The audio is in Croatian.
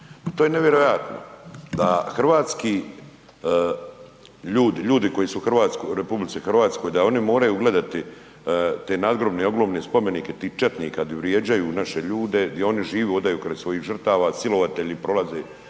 To je nevjerojatno da hrvatski ljudi, ljudi koji su u RH, da oni moraju gledati te nadgrobne, ogromne spomenike tih četnika di vrijeđaju naše ljude i oni žive, hodaju kraj svojih žrtava, silovatelji prolaze kraj